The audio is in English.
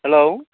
hello